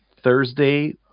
thursday